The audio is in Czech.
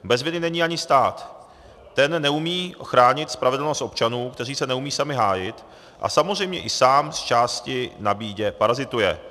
Bez viny není ani stát, ten neumí ochránit spravedlnost občanů, kteří se neumějí sami hájit, a samozřejmě i sám z části na bídě parazituje.